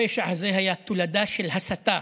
הפשע הזה היה תולדה של הסתה,